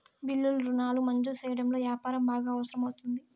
బిల్లులు రుణాలు మంజూరు సెయ్యడంలో యాపారం బాగా అవసరం అవుతుంది